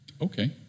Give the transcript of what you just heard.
okay